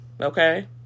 Okay